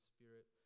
Spirit